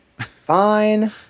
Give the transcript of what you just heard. Fine